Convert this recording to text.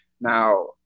Now